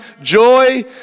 joy